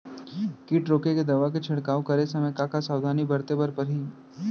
किट रोके के दवा के छिड़काव करे समय, का का सावधानी बरते बर परही?